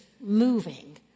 moving